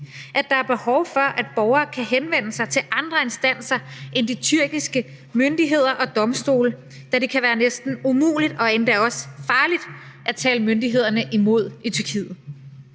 at der er behov for, at borgere kan henvende sig til andre instanser end de tyrkiske myndigheder og domstole, da det kan være næsten umuligt og endda også farligt at tale myndighederne imod i Tyrkiet.